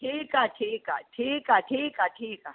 ठीकु आहे ठीकु आहे ठीकु आहे ठीकु आहे ठीकु आहे